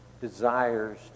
desires